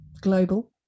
global